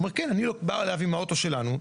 אומר לו כן, אני בא עם האוטו שלנו,